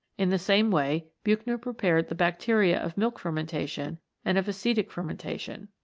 in the same way buchner prepared the bacteria of milk fermentation and of acetic fermentation.